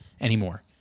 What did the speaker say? anymore